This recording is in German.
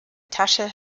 tasche